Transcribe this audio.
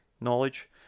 knowledge